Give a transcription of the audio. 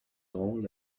rend